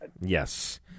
Yes